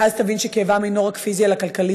ואז תבין שכאבם אינו רק פיזי אלא כלכלי,